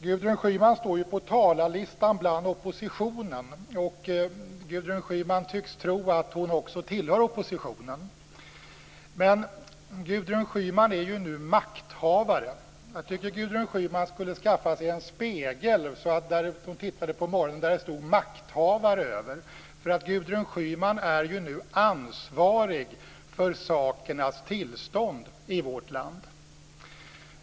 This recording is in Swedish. Gudrun Schyman står på talarlistan bland oppositionen. Gudrun Schyman tycks tro att hon också tillhör oppositionen, men Gudrun Schyman är ju nu makthavare. Jag tycker att hon skulle skaffa sig en spegel där det, när hon tittade på morgonen, stod "makthavare" över, för Gudrun Schyman är nu ansvarig för sakernas tillstånd i vårt land.